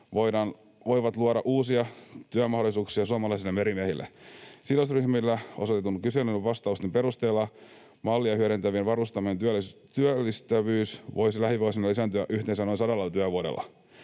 voivat luoda uusia työmahdollisuuksia suomalaisille merimiehille. Sidosryhmille osoitetun kyselyn vastausten perusteella mallia hyödyntävien varustamojen työllistävyys voisi lähivuosina lisääntyä yhteensä noin sadalla työvuodella.